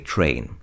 Train